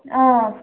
آ